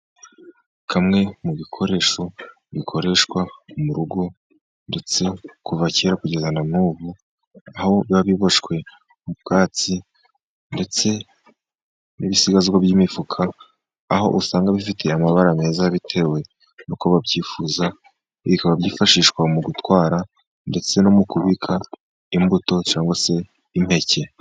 Kamwe mu bikoresho bikoreshwa mu rugo, ndetse kuva kera kugeza na n'ubu, aho biba biboshywe mu bwatsi ndetse n'ibisigazwa by'imifuka, aho usanga bifitiye amabara meza bitewe n'uko babyifuza, bikaba byifashishwa mu gutwara ndetse no mu kubika imbuto cyangwa se impeke.